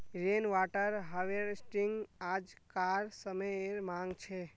rain water harvesting आज्कार समयेर मांग छे